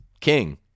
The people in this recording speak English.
king